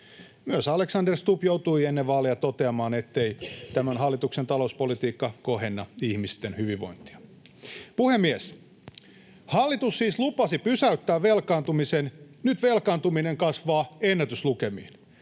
Myös Alexander Stubb joutui ennen vaaleja toteamaan, ettei tämän hallituksen talouspolitiikka kohenna ihmisten hyvinvointia. Puhemies! Hallitus siis lupasi pysäyttää velkaantumisen, nyt velkaantuminen kasvaa ennätyslukemiin.